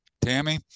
tammy